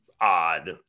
odd